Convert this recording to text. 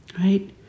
right